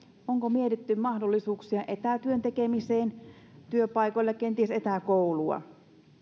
onko mietitty mahdollisuuksia etätyön tekemiseen työpaikoilla kenties etäkoulua